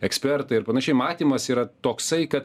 ekspertai ir panašiai matymas yra toksai kad